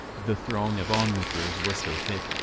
the throng of onlookers was so thick,